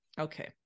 okay